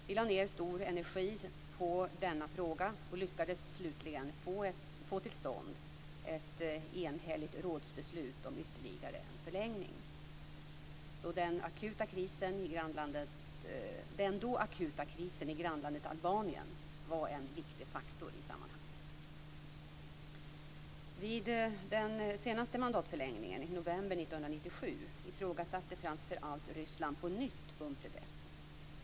Vi lade ned stor energi på denna fråga och lyckades slutligen få till stånd ett enhälligt rådsbeslut om ytterligare en förlängning. Den då akuta krisen i grannlandet Albanien var en viktig faktor i sammanhanget. 1997 ifrågasatte framför allt Ryssland på nytt Unpredep.